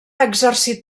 exercit